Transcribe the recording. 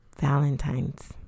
Valentine's